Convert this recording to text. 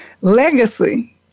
Legacy